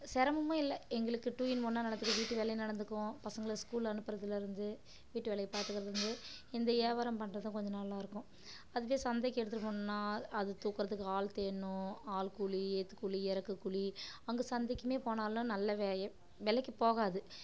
சிரமமும் இல்லை எங்களுக்கு டூ இன் ஒன்னாக நடக்குது வீட்டு வேலையும் நடந்துக்கும் பசங்களை ஸ்கூலு அனுப்புறதில் இருந்து வீட்டு வேலையை பாத்துக்கிறதில் இருந்து இந்த வியாபாரம் பண்ணுறதும் கொஞ்சம் நல்லா இருக்கும் அதுவே சந்தைக்கு எடுத்துட்டு போகணும்னா அதை தூக்கிறதுக்கு ஆள் தேடணும் ஆள் கூலி ஏத்தும் கூலி எறக்கும் கூலி அங்கே சந்தைக்கும் போனாலும் நல்ல விலைக்கு போகாது